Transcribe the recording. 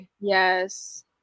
yes